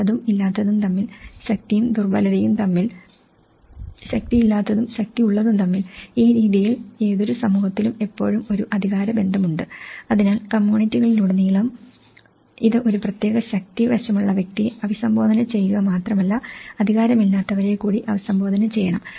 ഉള്ളതും ഇല്ലാത്തതും തമ്മിൽ ശക്തിയും ദുര്ബലതയും തമ്മിൽ ശക്തിയില്ലാത്തതും ശക്തിയുള്ളതും തമ്മിൽ ഈരീതിയിൽ ഏതൊരു സമൂഹത്തിലും എപ്പോഴും ഒരു അധികാര ബന്ധമുണ്ട് അതിനാൽ കമ്മ്യൂണിറ്റികളിലുടനീളവും ഇത് ഒരു പ്രത്യേക ശക്തി വശമുള്ള വ്യക്തിയെ അഭിസംബോധന ചെയ്യുക മാത്രമല്ല അധികാരമി ല്ലാത്തവരെ കൂടി അഭിസംബോധന ചെയ്യണം